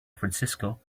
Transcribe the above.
francisco